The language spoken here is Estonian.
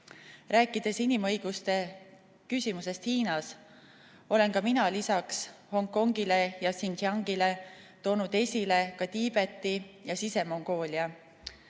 Rääkides inimõiguste küsimusest Hiinas, olen ma lisaks Hongkongile ja Xinjiangile toonud esile ka Tiibeti ja Sise-Mongoolia.